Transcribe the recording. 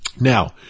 Now